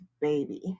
Baby